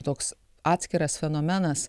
toks atskiras fenomenas